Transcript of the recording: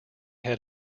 had